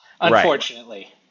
Unfortunately